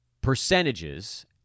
percentages